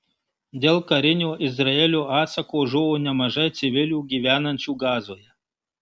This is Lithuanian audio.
dėl karinio izraelio atsako žuvo nemažai civilių gyvenančių gazoje